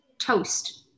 toast